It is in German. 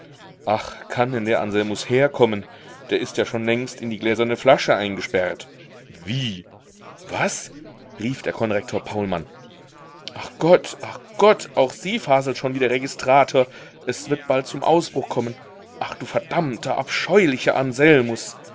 ach kann denn der anselmus herkommen der ist ja schon längst in die gläserne flasche eingesperrt wie was rief der konrektor paulmann ach gott ach gott auch sie faselt schon wie der registrator es wird bald zum ausbruch kommen ach du verdammter abscheulicher anselmus